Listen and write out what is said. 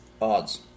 odds